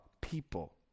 people